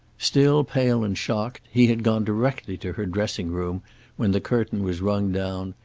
still pale and shocked, he had gone directly to her dressing-room when the curtain was rung down,